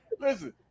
Listen